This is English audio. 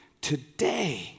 today